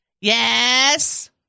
Yes